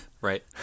Right